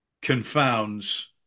confounds